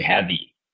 heavy